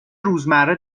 روزمره